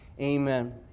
Amen